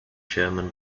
german